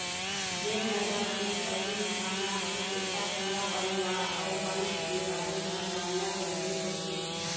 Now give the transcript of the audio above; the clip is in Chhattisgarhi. जेन नसल के पशु बिसाना हे तेखर पूरा परिवार अउ बंस के बारे म जानना जरूरी होथे